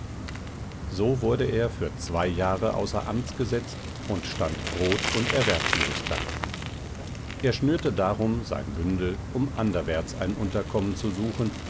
so wurde er für zwei jahre außer amts gesetzt und stand brot und erwerblos da er schnürte darum sein bündel um anderwärts ein unterkommen zu suchen